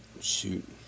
shoot